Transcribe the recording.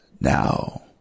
Now